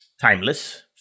timeless